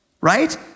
right